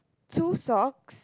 two socks